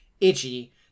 itchy